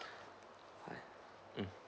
hi mm